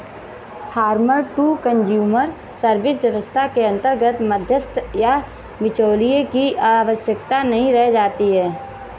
farmer to consumer service व्यवस्था के अंतर्गत मध्यस्थ या बिचौलिए की आवश्यकता नहीं रह जाती है